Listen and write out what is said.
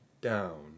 down